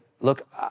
Look